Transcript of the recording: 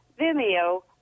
Vimeo